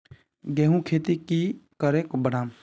गेंहू खेती की करे बढ़ाम?